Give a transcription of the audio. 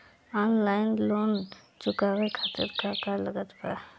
Online loan चुकावे खातिर का का लागत बा?